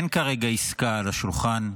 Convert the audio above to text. אין כרגע עסקה על השולחן.